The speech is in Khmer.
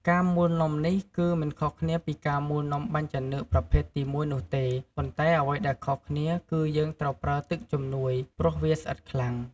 ការមូលនំនេះគឺមិនខុសគ្នាពីការមូលនាំបាញ់ចានឿកប្រភេទទីមួយនោះទេ ប៉ុន្តែអ្វីដែលខុសគ្នាគឺយើងត្រូវប្រើទឹកជំនួយ ព្រោះវាស្អិតខ្លាំង។